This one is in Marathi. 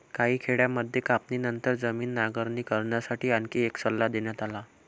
काही खेड्यांमध्ये कापणीनंतर जमीन नांगरणी करण्यासाठी आणखी एक सल्ला देण्यात आला